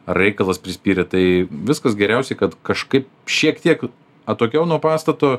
ar reikalas prispyrė tai viskas geriausiai kad kažkaip šiek tiek atokiau nuo pastato